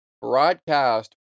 broadcast